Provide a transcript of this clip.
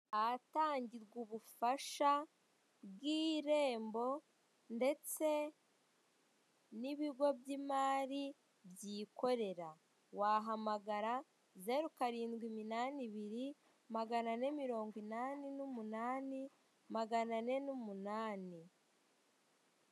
Ahatangirwa ubufasha bw'irembo ndetse n'ibigo by'imari byikorera. Wahamagara zeru karindwi iminani ibiri, magana ane mirongo inani n'umunani, magana ane n'umunani.